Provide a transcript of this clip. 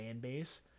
fanbase